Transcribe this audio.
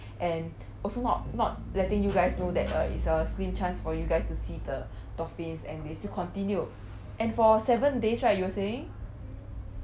and also not not letting you guys know that uh it's a slim chance for you guys to see the dolphins and they still continued and for seven days right you were saying